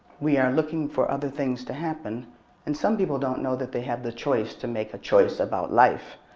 we are looking for other things to happen and some people don't know that they have the choice to make a choice about life.